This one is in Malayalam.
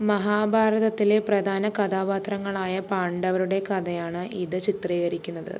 മഹാഭാരതത്തിലെ പ്രധാന കഥാപാത്രങ്ങളായ പാണ്ഡവരുടെ കഥയാണ് ഇത് ചിത്രീകരിക്കുന്നത്